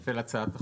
של הצעת החוק.